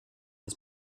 his